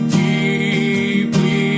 deeply